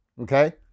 okay